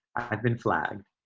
i've been flagged.